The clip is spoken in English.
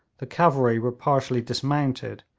the cavalry were partially dismounted,